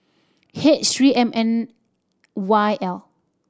H Three M N Y L